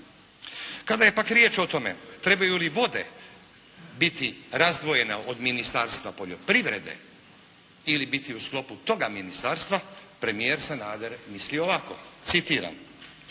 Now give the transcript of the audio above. Kada je pak riječ o tome trebaju li vode biti razdvojene od Ministarstva poljoprivrede ili biti u sklopu toga ministarstva premijer Sanader misli ovako, citiram.